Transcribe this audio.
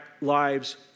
lives